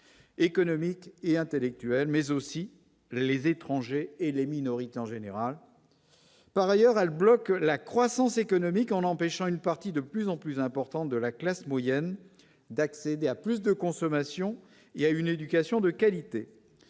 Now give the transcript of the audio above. économiques et intellectuelles, mais aussi les étrangers et les minorités en général par ailleurs à l'bloque la croissance économique en empêchant une partie de plus en plus important de la classe moyenne d'accéder à plus de consommation, il y a une éducation de qualité,